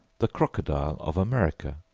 the crocodile of america,